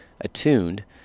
attuned